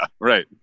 right